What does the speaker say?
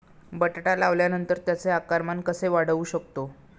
बटाटा लावल्यानंतर त्याचे आकारमान कसे वाढवू शकतो?